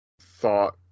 thought